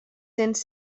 cents